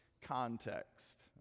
context